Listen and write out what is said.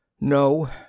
No